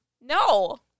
No